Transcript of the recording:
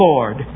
Lord